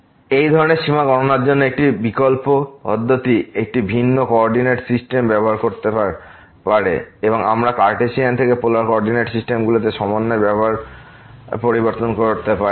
এই ধরনের সীমা গণনার জন্য একটি বিকল্প পদ্ধতি একটি ভিন্ন কো অর্ডিনেট সিস্টেম ব্যবহার করতে পারে এবং আমরা কার্টেশিয়ান থেকে পোলার কোঅরডিনেটগুলিতে সমন্বয় ব্যবস্থার পরিবর্তন ব্যবহার করতে পারি